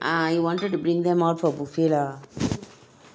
ah he wanted to bring them out for buffet lah